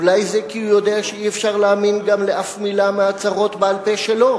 אולי זה כי הוא יודע שאי-אפשר להאמין גם לאף מלה מההצהרות בעל-פה שלו?